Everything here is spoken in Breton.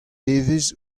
evezh